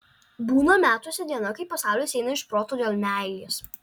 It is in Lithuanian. būna metuose diena kai pasaulis eina iš proto dėl meilės